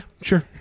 sure